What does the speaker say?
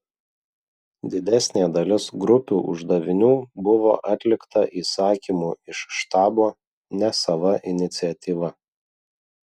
didesnė dalis grupių uždavinių buvo atlikta įsakymu iš štabo ne sava iniciatyva